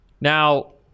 Now